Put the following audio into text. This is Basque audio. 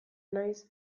naiz